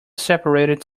separated